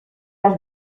has